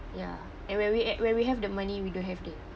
ya and when we at when we have the money we don't have the